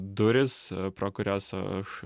durys pro kurias aš